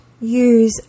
use